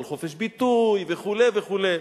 על חופש ביטוי וכדומה.